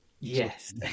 Yes